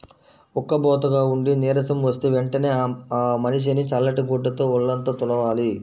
ఉక్కబోతగా ఉండి నీరసం వస్తే వెంటనే ఆ మనిషిని చల్లటి గుడ్డతో వొళ్ళంతా తుడవాలి